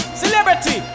celebrity